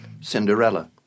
Cinderella